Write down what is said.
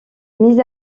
mis